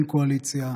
אין קואליציה.